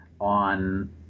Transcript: on